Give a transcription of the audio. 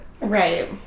Right